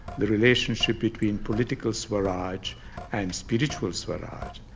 the relationship between political swaraj and spiritual swaraj,